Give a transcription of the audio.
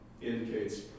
indicates